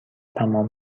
تمام